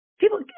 people